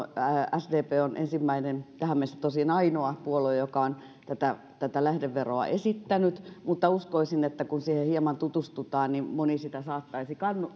sdp on ensimmäinen tähän mennessä tosin ainoa puolue joka on tätä tätä lähdeveroa esittänyt mutta uskoisin että kun siihen hieman tutustutaan niin moni sitä saattaisi